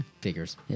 figures